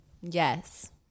yes